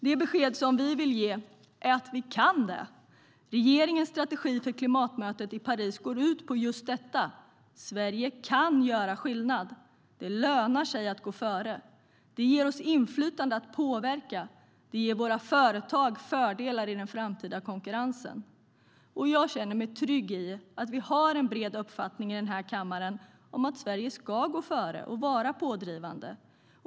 Det besked som vi vill ge är att vi kan det, och regeringens strategi inför klimatmötet i Paris går ut på just detta. Sverige kan göra skillnad. Det lönar sig att gå före. Det ger oss inflytande att påverka, det ger våra företag fördelar i den framtida konkurrensen. Jag känner mig trygg i att vi har en bred uppfattning i denna kammare om att Sverige ska gå före och vara pådrivande.